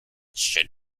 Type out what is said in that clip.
should